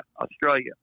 Australia